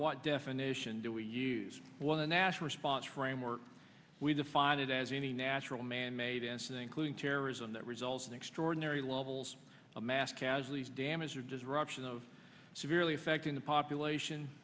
what definition do we use one national response framework we define it as any natural man aidance including terrorism that results in extraordinary levels of mass casualties damage or disruption of severely affecting the population